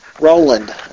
Roland